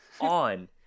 on